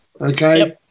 okay